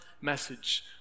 message